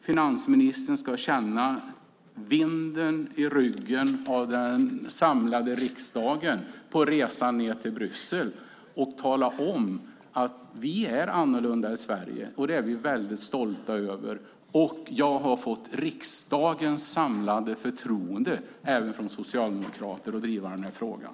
Finansministern ska känna vinden i ryggen av den samlade riksdagen på resan ned till Bryssel och tala om att vi är annorlunda i Sverige. Det är vi stolta över. Han ska tala om att han har fått riksdagens samlade förtroende, även från socialdemokrater, att driva den här frågan.